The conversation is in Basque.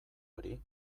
hori